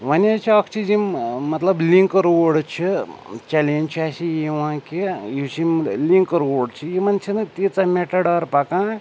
وۄنۍ حظ چھِ اَکھ چیٖز یِم ٲں مطلب لِنٛک روٗڈ چھِ چلینٛج چھِ اسہِ یہِ یِوان کہِ یُس یِم لِنک روٗڈ چھِ یِمَن چھَنہٕ تیٖژاہ میٚٹاڈار پَکان